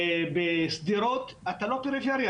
בשדרות אתה לא פריפריה,